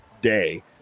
day